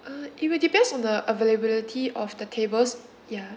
uh it will depends on the availability of the tables ya